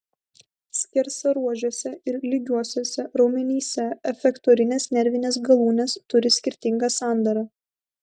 skersaruožiuose ir lygiuosiuose raumenyse efektorinės nervinės galūnės turi skirtingą sandarą